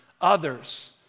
others